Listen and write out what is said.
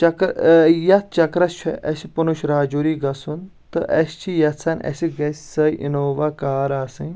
چکر یتھ چکرس چھُ اسہِ پونٛچھ راجوری گژھُن تہٕ اسہِ چھِ یژھان اسہِ گژھِ سۄے انووا کار آسٕنۍ